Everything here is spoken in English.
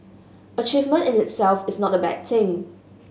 achievement in itself is not a bad thing